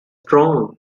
strong